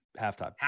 halftime